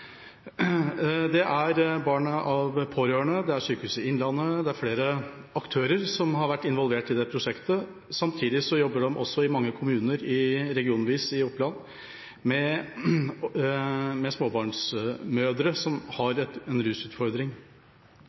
Det er barn som er pårørende, det er Sykehuset Innlandet, og det er flere aktører som har vært involvert i det prosjektet. Samtidig jobber mange kommuner regionvis i Oppland med småbarnsmødre som har en rusutfordring.